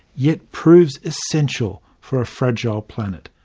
yet proves essential for a fragile planet.